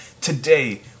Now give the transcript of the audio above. Today